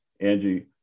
Angie